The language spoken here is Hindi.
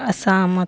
असहमत